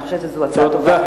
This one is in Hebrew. אני חושבת שזו הצעה טובה,